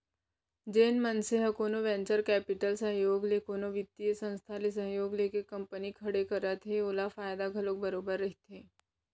जेन मनसे ह कोनो वेंचर कैपिटल के सहयोग ले कोनो बित्तीय संस्था ले सहयोग लेके कंपनी खड़े करत हे त ओला फायदा घलोक बरोबर रहिथे